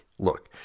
Look